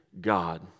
God